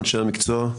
אנשי המקצוע.